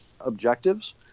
objectives